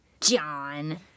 John